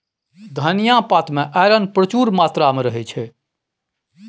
धनियाँ पात मे आइरन प्रचुर मात्रा मे रहय छै